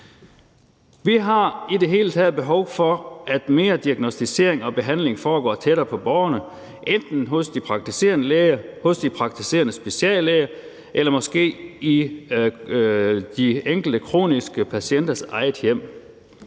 Vi har i det hele taget behov for, at mere diagnosticering og behandling foregår tættere på borgerne, enten hos de praktiserende læger, hos de praktiserende speciallæger eller måske i de enkelte kroniske patienters eget hjem.